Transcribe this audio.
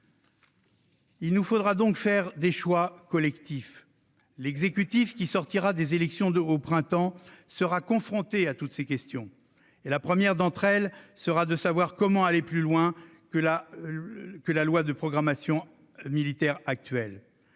Il nous faudra donc faire des choix collectifs. L'exécutif qui sortira des élections du printemps prochain sera confronté à toutes ces questions, dont la première sera : comment aller plus loin que la loi de programmation militaire actuelle